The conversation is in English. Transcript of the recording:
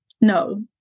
No